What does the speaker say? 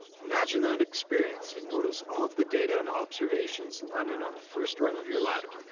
imagine that experience and notice all of the data and observations landing on the first rung of your ladder.